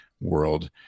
world